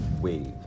wave